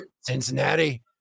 Cincinnati